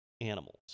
animals